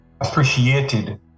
appreciated